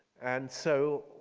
and so,